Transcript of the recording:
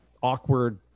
awkward